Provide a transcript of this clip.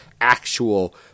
actual